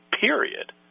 period